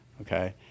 okay